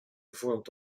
vormt